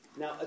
Now